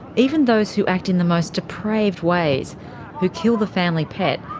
even those who act in the most depraved ways who kill the family pet,